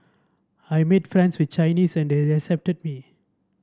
I made friends with Chinese and they accepted me